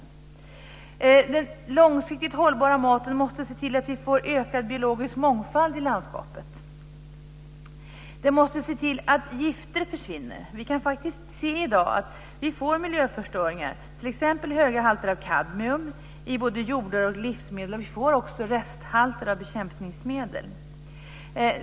När det gäller den långsiktigt hållbara maten måste vi se till att vi får en ökad biologisk mångfald i landskapet. Vi måste se till att gifter försvinner. Vi kan faktiskt se i dag att det blir miljöförstöringar, t.ex. höga halter av kadmium, i både jordar och livsmedel. Vi får också resthalter av bekämpningsmedel.